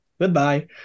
Goodbye